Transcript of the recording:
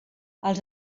als